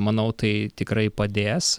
manau tai tikrai padės